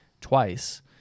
twice